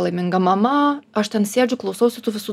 laiminga mama aš ten sėdžiu klausausi tų visų